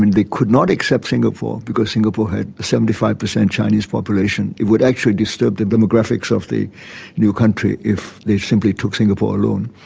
they could not accept singapore because singapore had seventy five percent chinese population, it would actually disturb the demographics of the new country if they simply took singapore alone.